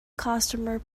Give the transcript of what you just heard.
customer